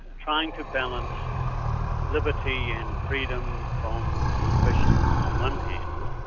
trying to balance liberty and freedom from suspicion on one hand,